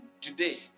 Today